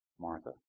Martha